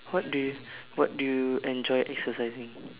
what do you what do you enjoy exercising